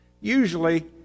Usually